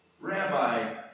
Rabbi